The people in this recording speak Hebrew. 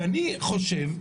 ואני חושב,